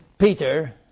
Peter